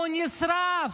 היא נשרפת.